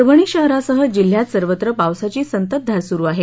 परभणी शहरासह जिल्ह्यात सर्वत्र पावसाची संततधार सुरू आहे